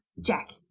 Jack